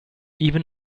even